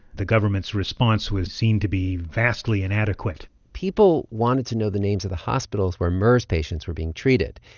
the government's response was seen to be vastly inadequate people wanted to know the names of the hospitals where mers patients were being treated,